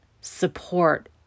support